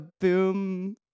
boom